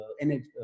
energy